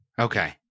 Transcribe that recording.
Okay